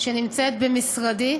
שנמצאת במשרדי,